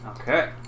Okay